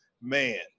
Man